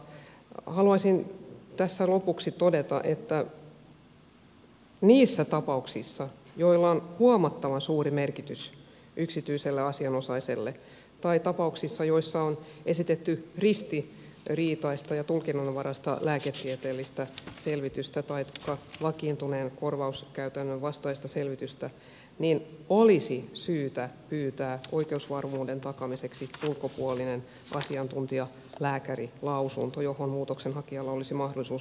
haluaisin tässä lopuksi todeta että niissä tapauksissa joilla on huomattavan suuri merkitys yksityiselle asianosaiselle tai tapauksissa joissa on esitetty ristiriitaista ja tulkinnanvaraista lääketieteellistä selvitystä taikka vakiintuneen korvauskäytännön vastaista selvitystä olisi syytä pyytää oikeusvarmuuden takaamiseksi ulkopuolinen asiantuntijalääkärilausunto johon muutoksenhakijalla olisi mahdollisuus ottaa kantaa